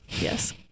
Yes